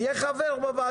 תהיה חבר בוועדה.